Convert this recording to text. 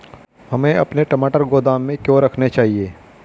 हमें अपने टमाटर गोदाम में क्यों रखने चाहिए?